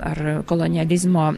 ar kolonializmo